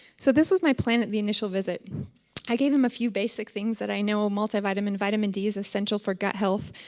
so this was my plan at the initial visit i gave him a few basic things that i know multivitamin, vitamin d is essential for gut health.